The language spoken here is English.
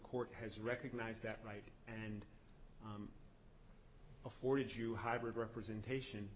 court has recognized that right and afforded you hybrid representation